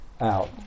out